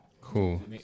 Cool